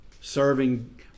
serving